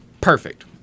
Perfect